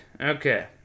Okay